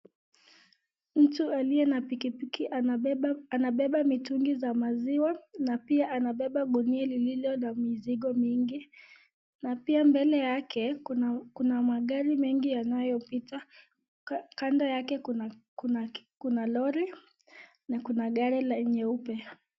Mtu aliye na pikipiki anabeba mitungi za maziwa, na pia anabeba gunia lililo na mizigo mingi, na pia mbele yake kuna magari mengi yanayopita, kando yake kuna lori na kuna gari leupe.